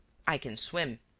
i can swim.